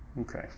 okay